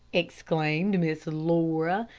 exclaimed miss laura,